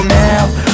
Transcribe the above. now